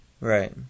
Right